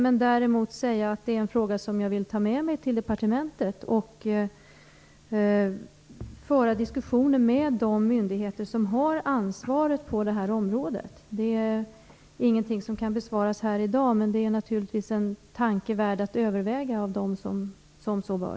Däremot kan jag säga att det är en fråga som jag vill ta med mig till departementet och föra fram i diskussioner med de myndigheter som har ansvaret på det här området. Detta är ingenting som kan besvaras här i dag, men det är naturligtvis en tanke som är värd att överväga för dem som så bör.